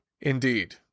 Indeed